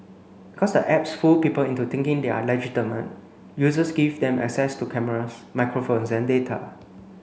because the apps fool people into thinking they are legitimate users give them access to cameras microphones and data